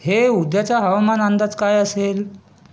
हे उद्याचं हवामान अंदाज काय असेल